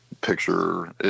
Picture